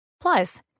Plus